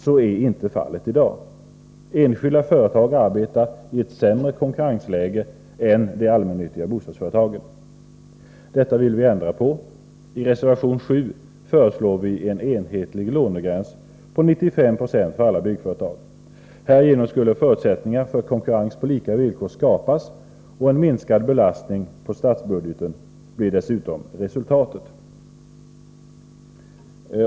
Så är inte fallet i dag. Enskilda företag arbetar i ett sämre konkurrensläge än de allmännyttiga bostadsföretagen. Detta vill vi ändra på. I reservation 7 föreslår vi en enhetlig lånegräns på 95 96 för alla byggföretag. Härigenom skulle förutsättningar för konkurrens på lika villkor skapas, och en minskad belastning på statsbudgeten blir dessutom resultatet.